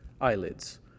Eyelids